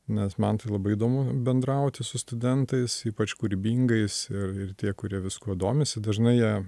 nes man tai labai įdomu bendrauti su studentais ypač kūrybingais ir ir tie kurie viskuo domisi dažnai jie